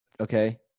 Okay